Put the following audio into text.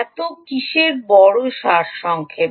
এত কিসের বড় সারসংক্ষেপ